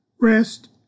rest